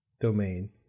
domain